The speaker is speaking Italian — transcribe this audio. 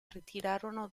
ritirarono